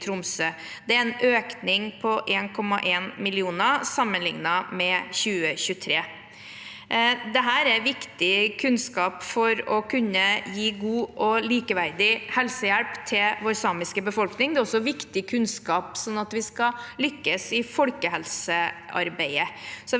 Det er en økning på 1,1 mill. kr sammenlignet med 2023. Dette er viktig kunnskap for å kunne gi god og likeverdig helsehjelp til vår samiske befolkning. Det er også viktig kunnskap for at vi skal lykkes i folkehelsearbeidet.